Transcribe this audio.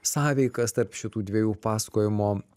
sąveikas tarp šitų dviejų pasakojimo